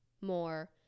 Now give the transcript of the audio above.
more